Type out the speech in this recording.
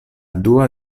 dua